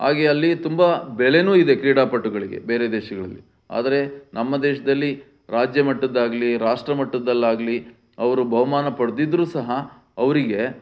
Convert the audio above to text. ಹಾಗೇ ಅಲ್ಲಿ ತುಂಬ ಬೆಲೆನೂ ಇದೆ ಕ್ರೀಡಾಪಟುಗಳಿಗೆ ಬೇರೆ ದೇಶಗಳಲ್ಲಿ ಆದರೆ ನಮ್ಮ ದೇಶದಲ್ಲಿ ರಾಜ್ಯಮಟ್ಟದ್ದಾಗಲಿ ರಾಷ್ಟ್ರಮಟ್ಟದ್ದಲ್ಲಾಗಲಿ ಅವರು ಬಹುಮಾನ ಪಡೆದಿದ್ರೂ ಸಹ ಅವರಿಗೆ